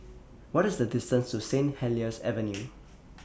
What IS The distance to St Helier's Avenue